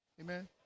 Amen